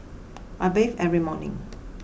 I bathe every morning